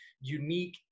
unique